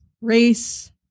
race